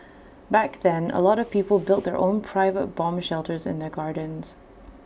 back then A lot of people built their own private bomb shelters in their gardens